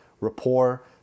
rapport